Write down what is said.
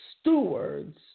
stewards